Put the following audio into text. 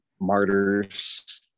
martyrs